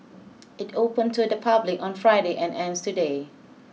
it opened to the public on Friday and ends today